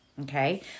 Okay